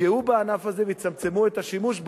יפגעו בענף הזה ויצמצמו את השימוש בו,